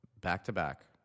Back-to-back